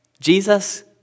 Jesus